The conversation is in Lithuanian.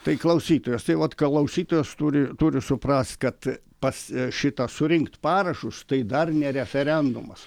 tai klausytojas tai vat klausytojas turi turi suprast kad pas šitą surinkt parašus tai dar ne referendumas